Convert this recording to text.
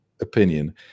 opinion